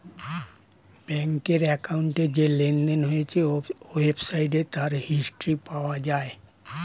ব্যাংকের অ্যাকাউন্টে যে লেনদেন হয়েছে ওয়েবসাইটে তার হিস্ট্রি পাওয়া যায়